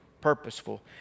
purposeful